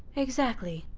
exactly!